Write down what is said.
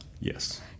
yes